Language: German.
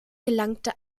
gelangte